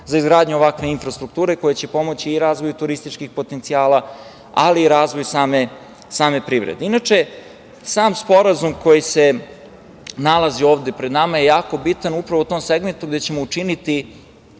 za izgradnju ovakve infrastrukture koja će pomoći i razvoju turističkih potencijala, ali i razvoj same privrede. Inače, sam Sporazum koji se nalazi ovde pred nama je jako bitan upravo u tom segmentu gde ćemo učiniti